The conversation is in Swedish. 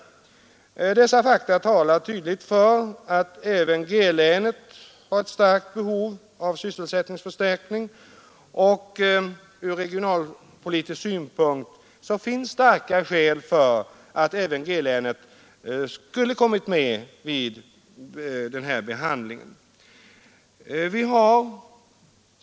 Dessa fakta talar tydligt för att även G-länet har ett stort behov av sysselsättningsförstärkning. Ur regionalpolitisk synpunkt finns starka skäl för att detta län skulle ha kommit med i det här sammanhanget.